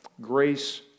Grace